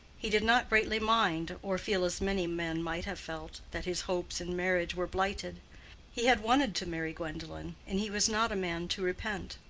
he did not greatly mind, or feel as many men might have felt, that his hopes in marriage were blighted he had wanted to marry gwendolen, and he was not a man to repent.